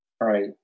right